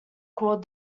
called